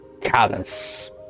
callous